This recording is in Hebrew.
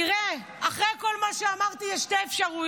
תראה, אחרי כל מה שאמרתי, יש שתי אפשרויות: